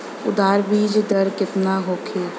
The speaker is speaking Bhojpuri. उरद बीज दर केतना होखे?